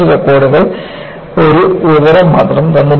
ഈ ടെസ്റ്റ് റെക്കോർഡുകൾ ഒരു വിവരം മാത്രം